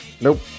Nope